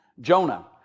Jonah